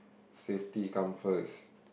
safety come first